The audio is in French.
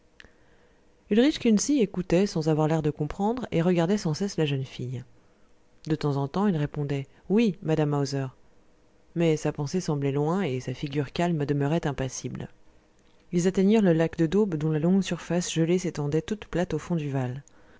ulrich kunsi écoutait sans avoir l'air de comprendre et regardait sans cesse la jeune fille de temps en temps il répondait oui madame hauser mais sa pensée semblait loin et sa figure calme demeurait impassible ils atteignirent le lac de daube dont la longue surface gelée s'étendait toute plate au fond du val